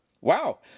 wow